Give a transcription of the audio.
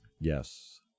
Yes